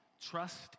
trust